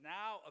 now